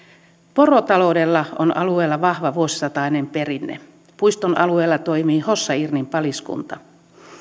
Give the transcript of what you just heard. porotaloudella on alueella vahva vuosisatainen perinne puiston alueella toimii hossa irnin paliskunta